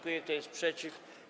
Kto jest przeciw?